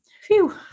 phew